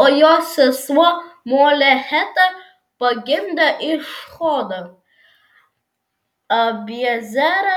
o jo sesuo molecheta pagimdė išhodą abiezerą